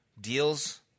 deals